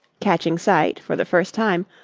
catching sight, for the first time,